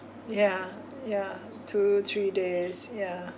ya ya two three days ya